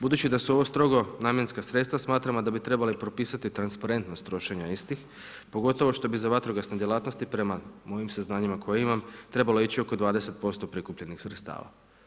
Budući da su ovo strogo namjenska sredstva, smatramo da bi trebali propisati transparentnost trošenja istih, pogotovo što bi za vatrogasne djelatnosti prema mojim saznanjima koje imam, trebalo ići oko 20% prikupljenih sredstava.